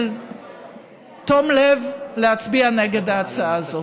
של תום לב, להצביע נגד ההצעה הזאת.